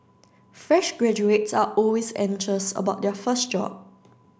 fresh graduates are always anxious about their first job